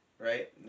Right